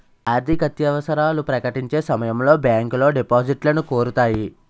ఆర్థికత్యవసరాలు ప్రకటించే సమయంలో బ్యాంకులో డిపాజిట్లను కోరుతాయి